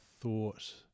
thought